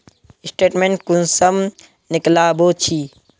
Statement कुंसम निकलाबो छी?